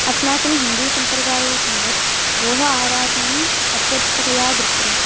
अस्माकं हिन्दूसम्प्रदाये तावत् गोः आराधना अत्यधिकतया दृश्यते